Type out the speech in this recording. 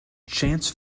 chance